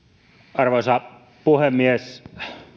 arvoisa puhemies